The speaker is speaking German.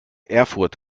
erfurt